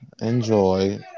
Enjoy